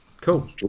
Cool